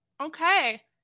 Okay